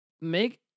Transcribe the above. make